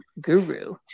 Guru